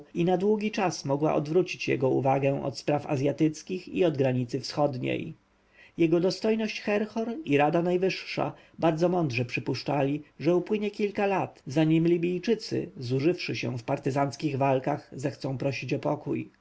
i na długi czas mogła odwrócić jego uwagę od spraw azjatyckich i od granicy wschodniej jego dostojność herhor i rada najwyższa bardzo mądrze przypuszczali że upłynie kilka lat zanim libijczycy zużywszy się w partyzanckich walkach zechcą prosić o pokój